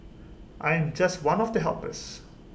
I am just one of the helpers